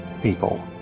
people